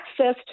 accessed